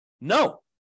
No